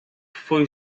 foi